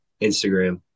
Instagram